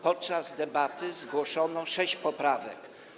Podczas debaty zgłoszono sześć poprawek.